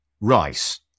rice